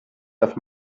darf